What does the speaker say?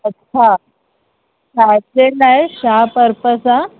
अच्छा छाजे लाइ छा पर्पस आहे